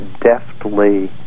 deftly